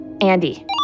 Andy